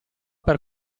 per